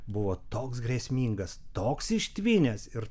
buvo toks grėsmingas toks ištvinęs ir